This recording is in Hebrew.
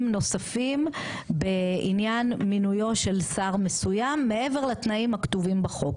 נוספים בעניין מינויו של שר מסוים מעבר לתנאים הכתובים בחוק,